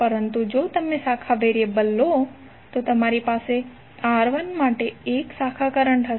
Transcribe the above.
પરંતુ જો તમે શાખા વેરીએબલ લો તો તમારી પાસે R1 માટે 1 શાખા કરંટ હશે